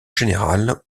général